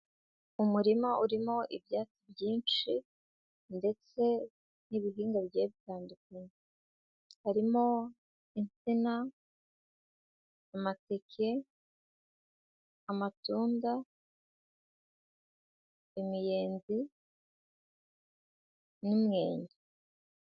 Umurima urimo ibyatsi byinshi ndetse n'ibihingwa bigiye bitandukanye, harimo insina, amateke, amatunda, imiyenzi n'imyenya.